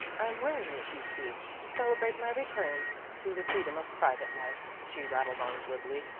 i'm wearing it, you see, to celebrate my return to the freedom of private life, she rattled on glibly.